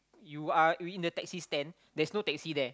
you are you in the taxi stand there's no taxi there